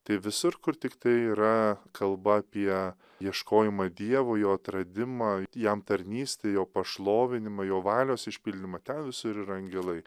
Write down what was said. tai visur kur tiktai yra kalba apie ieškojimą dievo jo atradimą jam tarnystę jo pašlovinimą jo valios išpildymą ten visur ir angelai